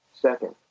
second,